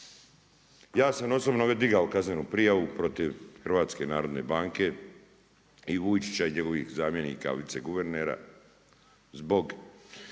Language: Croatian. Ja sam osobno već digao kaznenu prijavu protiv Hrvatske narodne banke i Vujčića i njegovih viceguvernera zbog